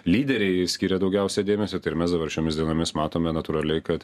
lyderiai skiria daugiausia dėmesio tai ir mes dabar šiomis dienomis matome natūraliai kad